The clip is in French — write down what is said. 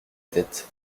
tête